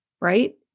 right